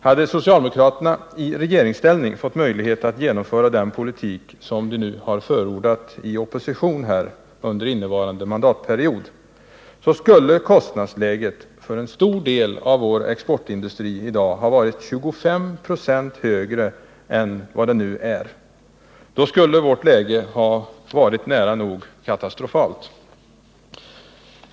Hade socialdemokraterna i regeringsställning fått möjlighet att genomföra den politik som de nu har förordat i opposition under innevarande mandatperiod, skulle kostnadsläget för en stor del av vår exportindustri i dag ha varit 25 96 högre än vad det nu är. Då skulle vårt läge ha varit nära nog katastrofalt.